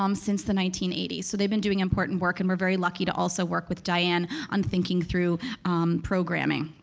um since the nineteen eighty s. so they've been doing important work and we're very lucky to also work with diane on thinking through programming.